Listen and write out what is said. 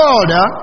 order